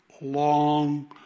long